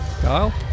Kyle